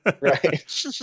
Right